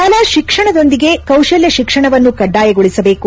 ಶಾಲಾ ಶಿಕ್ಷಣದೊಂದಿಗೆ ಕೌಶಲ್ಯ ಶಿಕ್ಷಣವನ್ನು ಕಡ್ಡಾಯಗೊಳಿಸಬೇಕು